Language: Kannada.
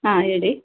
ಹಾಂ ಹೇಳಿ